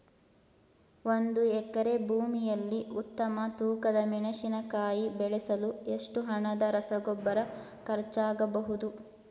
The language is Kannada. ಒಂದು ಎಕರೆ ಭೂಮಿಯಲ್ಲಿ ಉತ್ತಮ ತೂಕದ ಮೆಣಸಿನಕಾಯಿ ಬೆಳೆಸಲು ಎಷ್ಟು ಹಣದ ರಸಗೊಬ್ಬರ ಖರ್ಚಾಗಬಹುದು?